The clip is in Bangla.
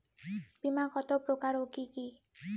বীমা কত প্রকার ও কি কি?